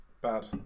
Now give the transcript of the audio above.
bad